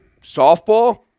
softball